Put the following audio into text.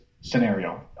scenario